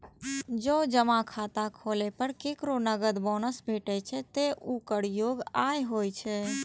जौं जमा खाता खोलै पर केकरो नकद बोनस भेटै छै, ते ऊ कर योग्य आय होइ छै